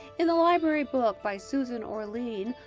in the library book by susan orlean,